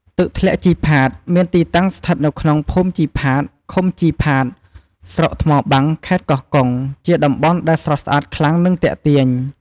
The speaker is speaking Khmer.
ទឹកធ្លាក់ជីផាត មានទីតាំងស្ថិតនៅក្នុងភូមិជីផាត ឃុំជីផាត ស្រុកថ្មបាំង ខេត្តកោះកុង ជាតំបន់ដែលស្រស់ស្អាតខ្លាំង និងទាក់ទាញ។